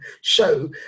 show